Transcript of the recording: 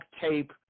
tape